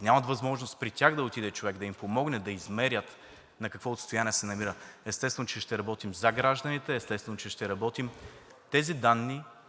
нямат възможност, при тях да отиде човек да им помогне, да измерят на какво отстояние се намира. Естествено, че ще работим за гражданите, естествено, че ще работим тези данни